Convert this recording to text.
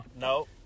No